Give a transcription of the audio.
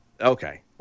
Okay